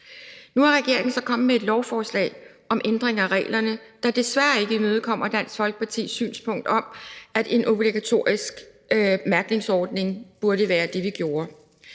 Nu er regeringen så kommet med et lovforslag om ændring af reglerne, der desværre ikke imødekommer Dansk Folkepartis synspunkt om, at en obligatorisk mærkningsordning burde være det, vi gjorde.